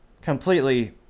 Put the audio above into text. completely